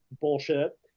bullshit